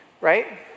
Right